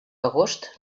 agost